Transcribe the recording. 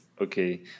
Okay